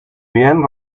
bien